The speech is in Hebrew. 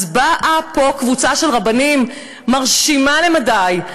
אז באה פה קבוצה של רבנים מרשימה למדי,